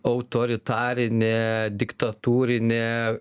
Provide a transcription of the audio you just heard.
autoritarinė diktatūrinė